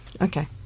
Okay